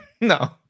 No